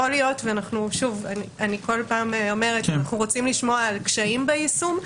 אני כל פעם אומרת שאנחנו רוצים לשמוע על קשיים ביישום,